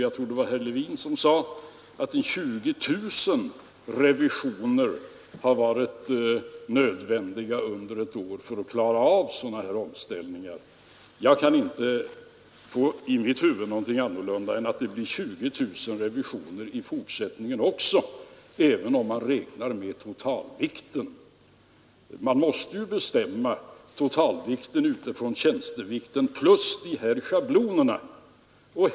Jag tror det var herr Levin som sade att 20 000 revisioner per år är nödvändiga för att klara av sådana omställningar. Jag kan inte förstå annat än att det blir 20000 revisioner också i fortsättningen, även om man tillämpar totalviktsberäkning. Man måste ju bestämma totalvikten med ledning av tjänstevikten och vissa schablonmässiga beräkningar.